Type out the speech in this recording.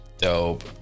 Dope